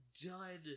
done